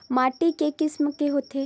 माटी के किसम के होथे?